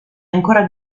ancora